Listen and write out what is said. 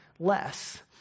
LESS